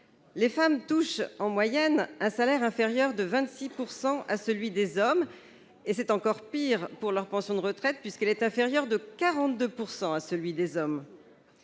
Les femmes touchent en moyenne un salaire inférieur de 26 % à celui des hommes, et c'est encore pire pour ce qui concerne leur pension de retraite, puisque celle-ci est inférieure de 42 % à celle des hommes.